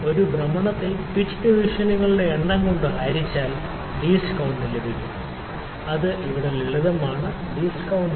ഒരു ഭ്രമണത്തിൽ പിച്ച് ഡിവിഷനുകളുടെ എണ്ണം കൊണ്ട് ഹരിച്ചാൽ ലീസ്റ്റ് കൌണ്ട് ലഭിക്കും അവ ഇവിടെ ലളിതമായ ബന്ധമാണ്